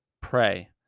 pray